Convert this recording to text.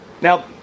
Now